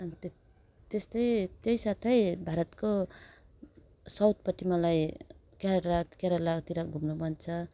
अन्त त्यस्तै त्यही साथै भारतको साउथपट्टि मलाई केरला त केरलातिर घुम्न मन छ